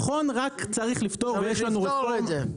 צריך לפתור את זה.